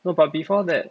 no but before that